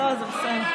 לא, זה בסדר.